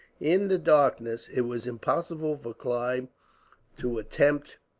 in the darkness, it was impossible for clive to attempt